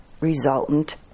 resultant